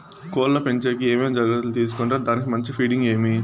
కోళ్ల పెంచేకి ఏమేమి జాగ్రత్తలు తీసుకొంటారు? దానికి మంచి ఫీడింగ్ ఏమి?